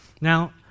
Now